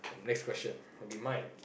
next question will be mine